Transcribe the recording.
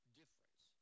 difference